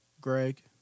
Greg